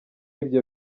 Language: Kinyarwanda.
ibyo